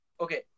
Okay